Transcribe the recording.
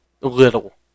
little